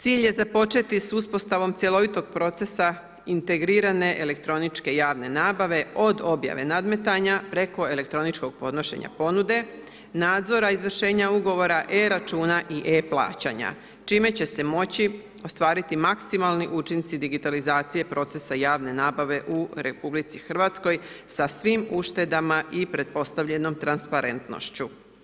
Cilj je započeti sa uspostavom cjelovitog procesa integrirane elektroničke javne nabave od objave nadmetanja preko elektroničkog podnošenje ponude, nadzora izvršenja ugovora, e-računa i e-plaćanja čime će se moći ostvariti maksimalni učinci digitalizacije procesa javne nabave u RH sa svim uštedama i pretpostavljenom transparentnošću.